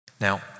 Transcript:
Now